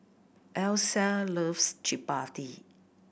Alyssia loves Chappati